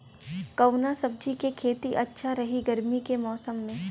कवना सब्जी के खेती अच्छा रही गर्मी के मौसम में?